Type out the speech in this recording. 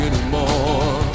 anymore